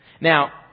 Now